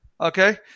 okay